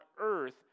earth